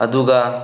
ꯑꯗꯨꯒ